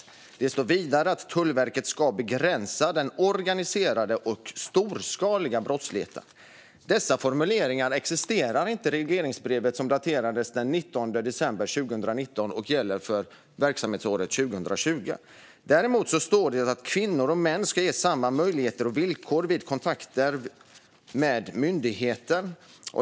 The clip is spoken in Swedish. Vidare står det att Tullverket ska begränsa den organiserade och storskaliga brottsligheten. Dessa formuleringar existerar inte i det regleringsbrev som är daterat den 19 december 2019 gällande verksamhetsåret 2020. Däremot står det att "kvinnor och män ska ges samma möjligheter och villkor vid kontakter med myndigheten".